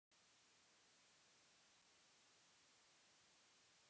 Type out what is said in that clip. कवन कवन कागज चाही ओकर बदे?